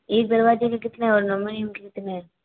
एक दरवाजे के कितने और नमूने के कितने